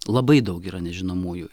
labai daug yra nežinomųjų